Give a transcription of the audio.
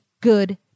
good